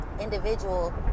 individual